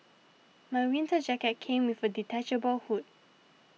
my winter jacket came with a detachable hood